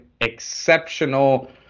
exceptional